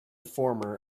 former